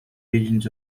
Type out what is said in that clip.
regions